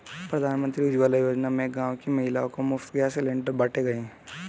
प्रधानमंत्री उज्जवला योजना में गांव की महिलाओं को मुफ्त गैस सिलेंडर बांटे गए